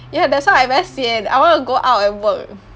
ya that's why I very sian I want to go out and work